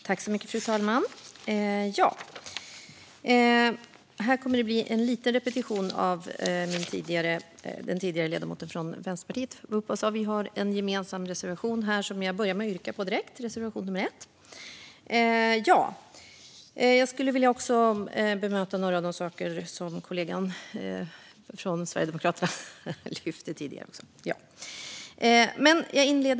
Fru talman! Det här kommer att bli lite repetition av vad ledamoten från Vänsterpartiet sa. Vi har en gemensam reservation, nummer 1, som jag yrkar bifall till. Jag skulle också vilja bemöta några av de saker som kollegan från Sverigedemokraterna lyfte.